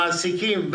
המעסיקים,